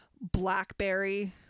blackberry